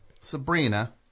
Sabrina